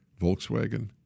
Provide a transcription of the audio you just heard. Volkswagen